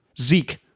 Zeke